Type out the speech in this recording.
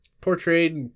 Portrayed